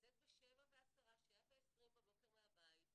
לצאת ב-07:10-07:20 בבוקר מהבית,